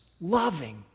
Loving